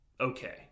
okay